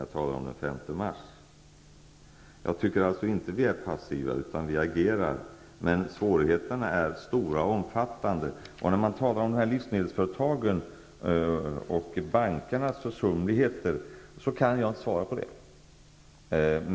Jag anser alltså inte att vi är passiva, utan vi agerar. Men svårigheterna är stora och omfattande. Livsmedelsföretagens och bankernas försumligheter kan jag inte uttala mig om.